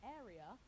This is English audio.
area